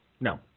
No